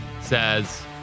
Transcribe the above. says